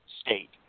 state